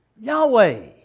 Yahweh